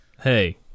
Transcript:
hey